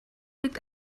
liegt